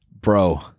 Bro